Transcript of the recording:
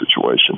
situation